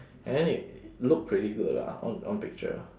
and then it look pretty good lah on on picture